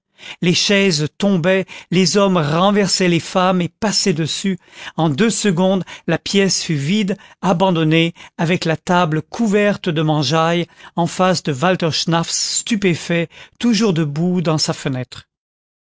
les chaises tombaient les hommes renversaient les femmes et passaient dessus en deux secondes la pièce fut vide abandonnée avec la table couverte de mangeaille en face de walter schnaffs stupéfait toujours debout dans sa fenêtre